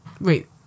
Wait